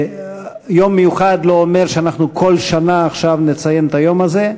יום מיוחד לא אומר שאנחנו כל שנה עכשיו נציין את היום הזה.